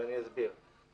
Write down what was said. ואני אסביר.